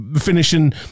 finishing